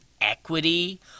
equity